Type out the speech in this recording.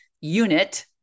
unit